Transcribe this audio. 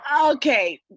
okay